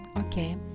Okay